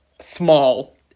small